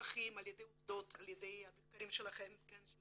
ומוכחים על-ידי עובדות במחקרים של ה-מ.מ.מ.